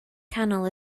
canol